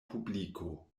publiko